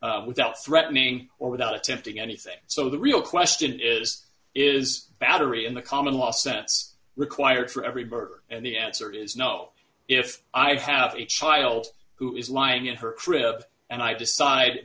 without threatening or without attempting anything so the real question is is battery in the common law sense required for every bird and the answer is no if i have a child who is lying in her crib and i decide